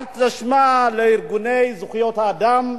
אל תשמע לארגוני זכויות האדם,